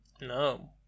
No